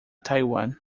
taiwan